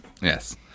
Yes